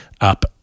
up